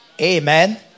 Amen